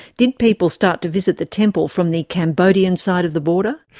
did people start to visit the temple from the cambodian side of the border?